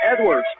Edwards